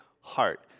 heart